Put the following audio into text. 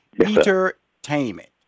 entertainment